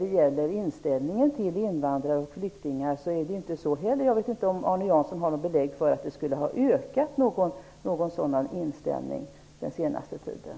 Jag vet inte om Arne Jansson har belägg för att antalet personer med negativ inställning till invandrare och flyktingar skulle ha ökat under den senaste tiden.